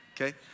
Okay